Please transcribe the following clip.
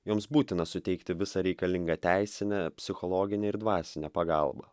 joms būtina suteikti visą reikalingą teisinę psichologinę ir dvasinę pagalbą